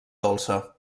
dolça